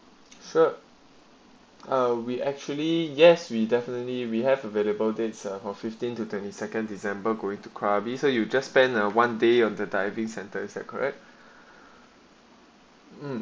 sure ah we actually yes we definitely we have available dates for fifteen to twenty second december going to krabi visa you just spend a one day of the diving centre is that correct